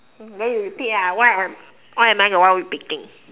then you repeat lah why am why am I the one repeating